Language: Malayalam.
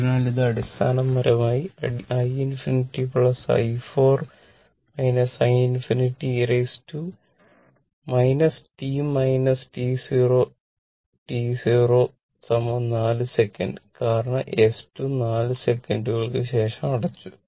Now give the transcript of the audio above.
അതിനാൽ ഇത് അടിസ്ഥാനപരമായി i ∞ i i ∞ e t 0 4 second കാരണം S2 4 സെക്കൻഡുകൾക്ക് ശേഷം അടച്ചു